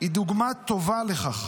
היא דוגמה טובה לכך.